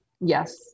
Yes